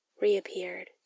reappeared